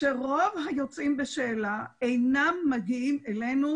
שרוב היוצאים בשאלה אינם מגיעים אלינו